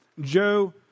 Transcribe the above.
Joe